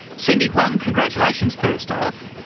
cindy huang, congratulations, first off.